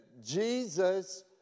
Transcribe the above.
Jesus